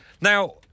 Now